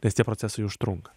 nes tie procesai užtrunka